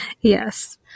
yes